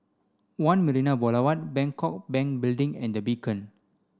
One Marina Boulevard Bangkok Bank Building and The Beacon